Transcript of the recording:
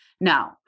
Now